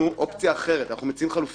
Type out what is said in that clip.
אנחנו איגוד מרכזי הסיוע והמועצה לשלום הילד,